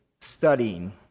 studying